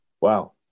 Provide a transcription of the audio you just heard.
wow